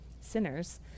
sinners